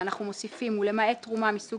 ואנחנו מוסיפים: ולמעט תרומה מסוג